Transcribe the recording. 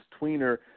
tweener